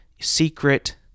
secret